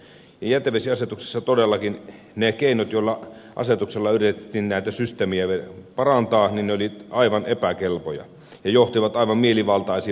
jätevesiasetuksessa todellakin ne keinot joilla asetuksella yritettiin näitä systeemejä parantaa olivat aivan epäkelpoja ja johtivat aivan mielivaltaisiin valtaviin kustannuksiin